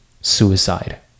suicide